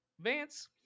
Vance